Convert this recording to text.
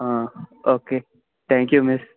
okay thank you miss